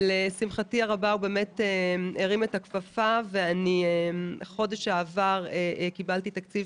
לשמחתי הרבה הוא הרים את הכפפה ובחודש שעבר קיבלתי תקציב